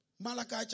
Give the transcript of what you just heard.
Malachi